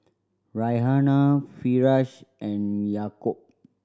Raihana Firash and Yaakob